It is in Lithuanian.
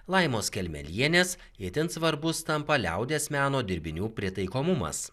laimos kelmelienės itin svarbus tampa liaudies meno dirbinių pritaikomumas